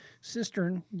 Cistern